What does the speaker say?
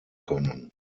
können